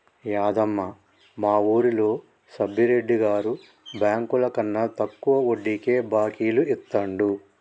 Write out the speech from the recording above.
యాదమ్మ, మా వూరిలో సబ్బిరెడ్డి గారు బెంకులకన్నా తక్కువ వడ్డీకే బాకీలు ఇత్తండు